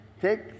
take